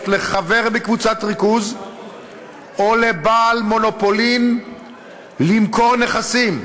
לחבר בקבוצת ריכוז או לבעל מונופולין למכור נכסים.